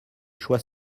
choix